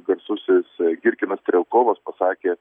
garsusis girkinas strielkovas pasakė